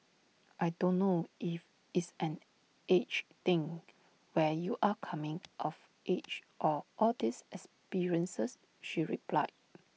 I don't know if it's an age thing where you're coming of age or all these experiences she replied